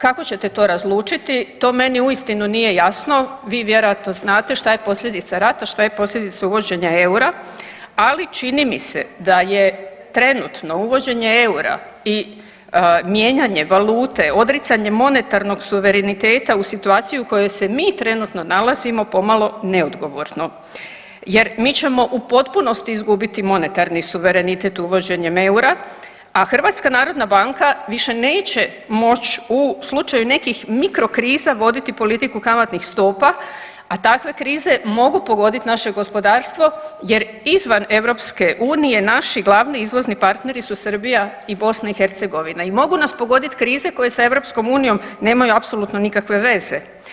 Kako ćete to razlučiti to meni uistinu nije jasno, vi vjerojatno znate šta je posljedica rata, šta je posljedica uvođenja eura, ali čini mi se da je trenutno uvođenje eura i mijenjanje valute, odricanje monetarnog suvereniteta u situaciji u kojoj se mi trenutno nalazimo pomalo neodgovorno jer mi ćemo u potpunosti izgubiti monetarni suverenitet uvođenjem eura, a HNB više neće moć u slučaju nekih mikro kriza voditi politiku kamatnih stopa, a takve krize mogu pogodit naše gospodarstvo jer izvan EU naši glavni izvozni partneri su Srbija i BiH i mogu nas pogodit krize koje sa EU nemaju apsolutno nikakve veze.